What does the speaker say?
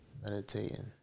meditating